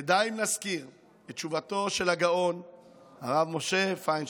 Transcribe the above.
ודי אם נזכיר את תשובתו של הגאון הרב משה פיינשטיין,